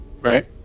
Right